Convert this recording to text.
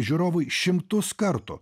žiūrovui šimtus kartų